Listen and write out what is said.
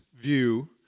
view